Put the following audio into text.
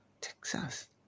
Texas